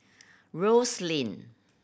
Rose Lane